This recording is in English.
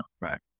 Right